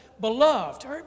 Beloved